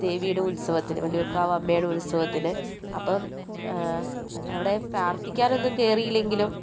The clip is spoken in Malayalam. ദേവിയുടെ ഉത്സവത്തിന് വള്ളിയൂർക്കാവമ്മയുടെ ഉത്സവത്തിന് അപ്പം അവിടെ പ്രാർത്ഥിക്കാനൊന്നും കയറിയില്ലെങ്കിലും